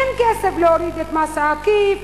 אין כסף להוריד את המס העקיף.